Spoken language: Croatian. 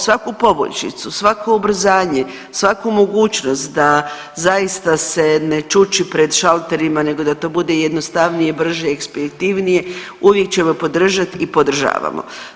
Svaku poboljšicu, svako ubrzanje, svaku mogućnost da zaista se ne čuči pred šalterima nego da to bude jednostavnije, brže, ekspeditivnije uvijek ćemo podržati i podržavamo.